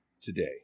today